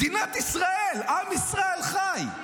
מדינת ישראל, עם ישראל חי.